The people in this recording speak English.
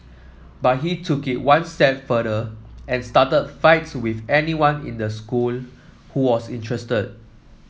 but he took it one step further and started fights with anyone in the school who was interested